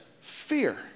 fear